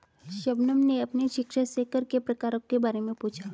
शबनम ने अपने शिक्षक से कर के प्रकारों के बारे में पूछा